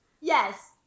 Yes